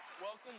Welcome